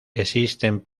existen